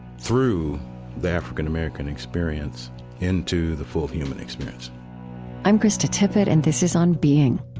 through the african-american experience into the full human experience i'm krista tippett, and this is on being